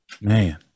Man